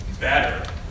better